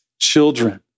children